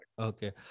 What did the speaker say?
Okay